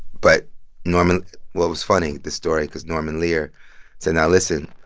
but norman what was funny this story because norman lear said, now listen.